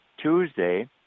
Tuesday